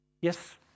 Yes